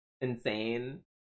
insane